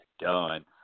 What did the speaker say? done